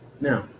Now